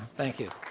thank you.